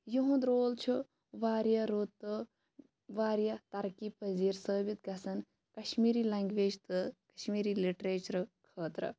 یِہُنٛد رول چھُ واریاہ رُت تہٕ واریاہ تَرقی پزیٖر ثٲبِت گَژھان کَشمیٖری لینٛگویج تہٕ کَشمیٖری لِٹریچرٕ خٲطرٕ